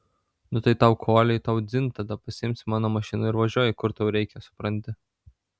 nu tai tau koliai tau dzin tada pasiimsi mano mašiną ir važiuoji kur tau reikia supranti